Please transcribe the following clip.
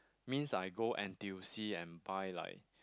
means I go N_T_U_C and buy like